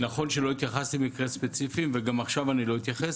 נכון שלא התייחסתי למקרה ספציפי וגם עכשיו אני לא אתייחס,